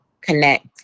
connect